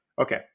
okay